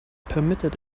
permitted